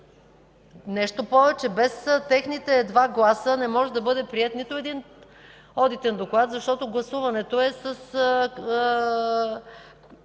Нещо повече, без техните два гласа не може да бъде приет нито един одитен доклад, защото гласуването е с